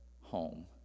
home